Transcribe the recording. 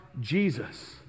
Jesus